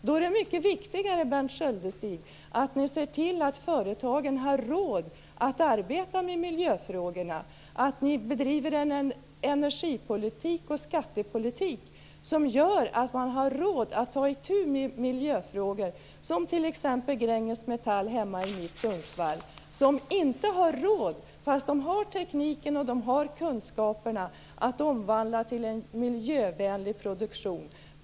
Då är det mycket viktigare, Berndt Sköldestig, att ni ser till att företagen har råd att arbeta med miljöfrågor, att ni bedriver en energipolitik och skattepolitik som gör att man har råd att ta itu med miljöfrågor, t.ex. Gränges Metall hemma i Sundsvall som inte har råd även om man har tekniken och kunskaperna att omvandla till en miljövänlig produktion.